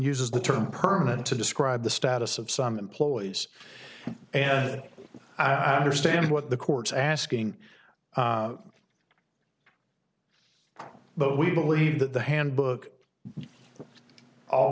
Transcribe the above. uses the term permanent to describe the status of some employees and understand what the courts asking but we believe that the handbook al